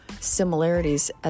similarities